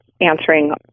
answering